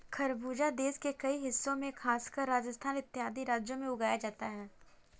खरबूजा देश के कई हिस्सों में खासकर राजस्थान इत्यादि राज्यों में उगाया जाता है